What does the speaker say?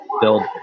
build